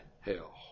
hell